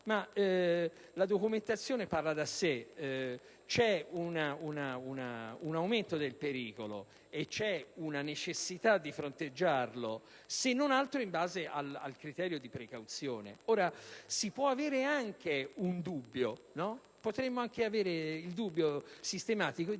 la documentazione parla da sé: c'è un aumento del pericolo e c'è la necessità di fronteggiarlo, se non altro in base al criterio di precauzione. Si potrebbe anche avere il dubbio sistematico